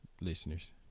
listeners